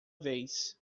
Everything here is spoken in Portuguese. vez